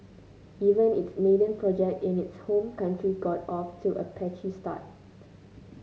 even its maiden project in its home country got off to a patchy start